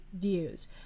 views